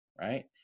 right